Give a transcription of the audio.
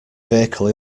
vehicle